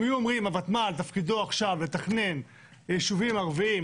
אם היו אומרים שתפקידו של הוותמ"ל עכשיו הוא לתכנן יישובים ערבים,